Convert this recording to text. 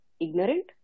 ignorant